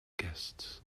guests